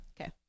Okay